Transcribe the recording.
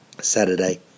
Saturday